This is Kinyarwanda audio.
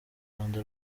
rwanda